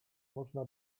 można